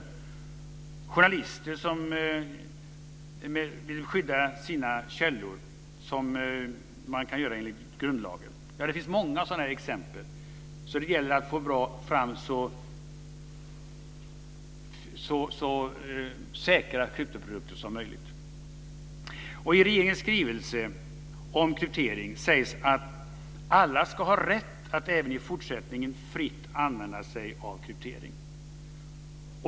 Det här kan också gälla journalister som vill skydda sina källor, vilket de kan göra enligt grundlagen. Det finns många sådana här exempel. Därför gäller det att få fram så säkra kryptoprodukter som möjligt. I regeringens skrivelse Om kryptografi sägs att alla ska ha rätt att även i fortsättningen fritt använda sig av kryptering.